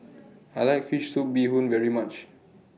I like Fish Soup Bee Hoon very much